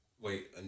wait